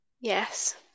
Yes